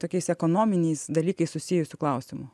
tokiais ekonominiais dalykais susijusių klausimų